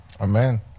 Amen